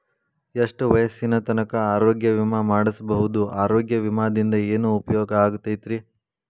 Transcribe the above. ಎಷ್ಟ ವಯಸ್ಸಿನ ತನಕ ಆರೋಗ್ಯ ವಿಮಾ ಮಾಡಸಬಹುದು ಆರೋಗ್ಯ ವಿಮಾದಿಂದ ಏನು ಉಪಯೋಗ ಆಗತೈತ್ರಿ?